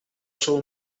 czoło